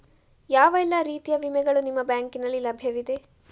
ಯಾವ ಎಲ್ಲ ರೀತಿಯ ವಿಮೆಗಳು ನಿಮ್ಮ ಬ್ಯಾಂಕಿನಲ್ಲಿ ಲಭ್ಯವಿದೆ?